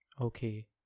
Okay